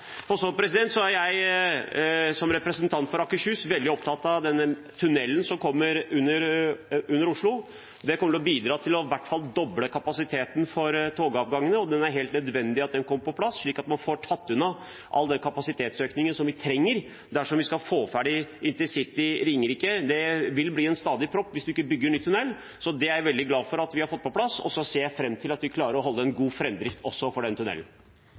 Så er jeg, som representant fra Akershus, veldig opptatt av den tunnelen som kommer under Oslo. Den kommer til å bidra til i hvert fall å doble kapasiteten for togavgangene, og det er helt nødvendig at den kommer på plass, slik at man får tatt unna all den kapasitetsøkningen som vi trenger dersom vi skal få ferdig InterCity Ringerike. Det vil bli en stadig propp hvis man ikke bygger ny tunnel. Så det er jeg veldig glad for at vi har fått på plass, og jeg ser fram til at vi greier å holde en god framdrift, også for den